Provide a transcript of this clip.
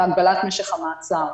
להגבלת משך המעצר.